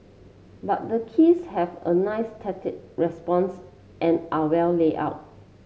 but the keys have a nice response and are well laid out